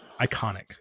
iconic